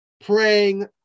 praying